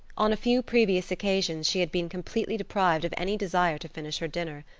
on a few previous occasions she had been completely deprived of any desire to finish her dinner.